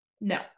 no